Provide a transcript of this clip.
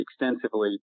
extensively